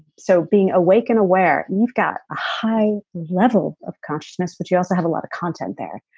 so being awake and aware and you've got a high level of consciousness but you also have a lot of content there.